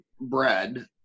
bread